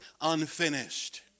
unfinished